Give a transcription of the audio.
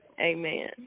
amen